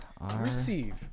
Receive